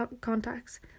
contacts